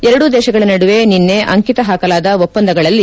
ಎರಡೂ ದೇಶಗಳ ನಡುವೆ ನಿನ್ನೆ ಅಂಕಿತ ಹಾಕಲಾದ ಒಪ್ಪಂದಗಳಲ್ಲಿ